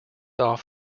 off